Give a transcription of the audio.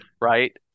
right